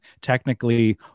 technically